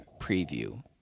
preview